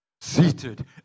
Seated